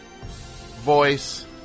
voice